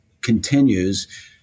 continues